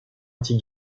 anti